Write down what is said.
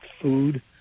food